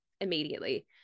immediately